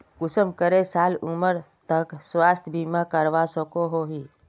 कुंसम करे साल उमर तक स्वास्थ्य बीमा करवा सकोहो ही?